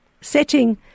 setting